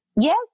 yes